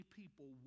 people